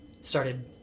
started